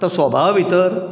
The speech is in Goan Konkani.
आता सभावा भितर